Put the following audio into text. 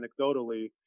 anecdotally